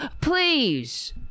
please